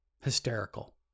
hysterical